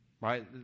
Right